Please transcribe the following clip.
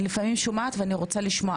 אני לפעמים שומעת ואני רוצה לשמוע.